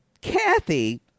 Kathy